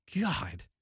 God